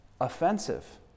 offensive